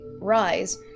rise